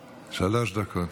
היושב-ראש,